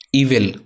evil